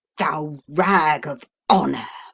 thou rag of honour!